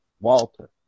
Walter